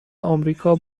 امریکا